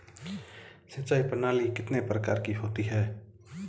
सिंचाई प्रणाली कितने प्रकार की होती है?